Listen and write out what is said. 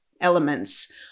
elements